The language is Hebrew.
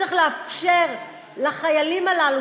צריך לאפשר לחיילים הללו,